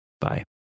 Bye